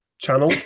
Channel